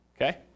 okay